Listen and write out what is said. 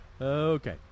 Okay